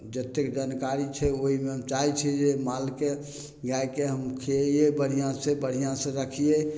जतेक जानकारी छै ओइमे हम चाहय छियै जे मालके गायके हम खियैयै बढ़िआँसँ बढ़िआँ से रखियै